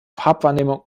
farbwahrnehmung